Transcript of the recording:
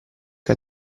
che